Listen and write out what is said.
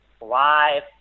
live